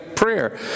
prayer